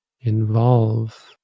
involve